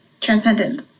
Transcendent